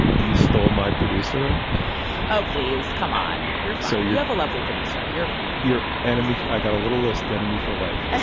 you stole my producer oh, please, come on. if so, you'd have a lovely producer. you're fine your enemy. i got a little list. that and me for life yeah